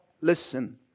listen